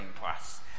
class